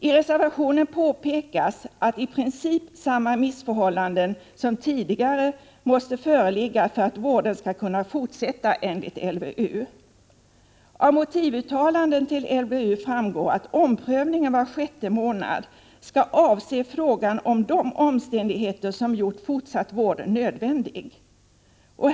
I reservationen påpekas att i princip samma missförhållanden som tidigare måste föreligga för att vården skall kunna fortsätta enligt LVU. Av motivuttalanden till LVU framgår att omprövningen var sjätte månad skall avse frågan om de omständigheter som gjort fortsatt vård nödvändig.